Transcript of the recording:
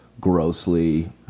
grossly